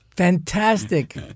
Fantastic